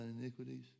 iniquities